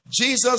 Jesus